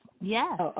Yes